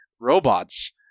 robots